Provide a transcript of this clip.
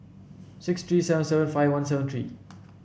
six three seven seven five one seven three